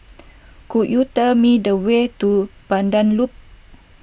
could you tell me the way to Pandan Loop